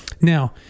now